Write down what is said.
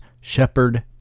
shepherd